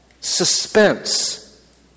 suspense